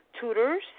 tutors